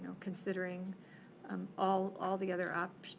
considering um all all the other, ah